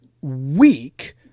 weak